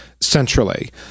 centrally